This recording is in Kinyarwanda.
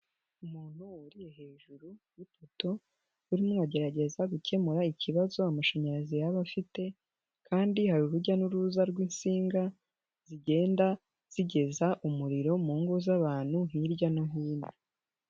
Umuntu wuriye hejuru y'ipoto, urimo agerageza gukemura ikibazo amashanyarazi yaba afite, kandi hari urujya n'uruza rw'insinga zigenda zigeza umuriro mu ngo z'abantu hirya no hino.